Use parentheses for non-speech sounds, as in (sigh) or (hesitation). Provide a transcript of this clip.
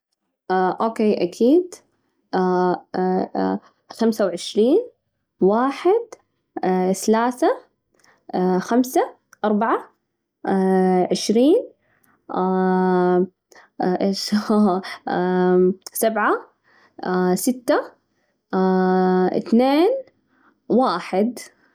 أوكي، أكيد، خمسة وعشرين، واحد، ثلاثة، خمسة، أربعة، عشرين، (hesitation) (laughs) إيش سبعة، ستة، اثنين، واحد.